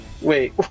Wait